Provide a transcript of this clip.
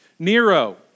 Nero